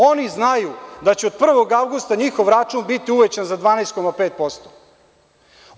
Oni znaju da će od 1. avgusta njihov račun biti uvećan za 12,5%